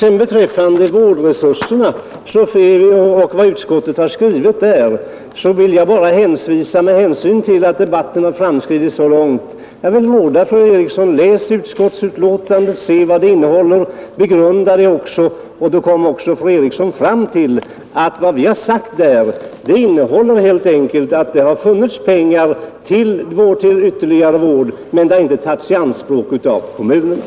Vad vårdresurserna beträffar vill jag med hänsyn till att debatten fortskridit så långt bara ge fru Eriksson rådet: Läs utskottsbetänkandet, se vad det innehåller och begrunda det! Då kommer fru Eriksson fram till att vad vi har sagt innebär helt enkelt att det finns pengar till ytterligare vård men de har inte tagits i anspråk av kommunerna.